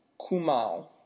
Kumal